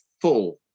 full